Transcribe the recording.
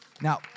Now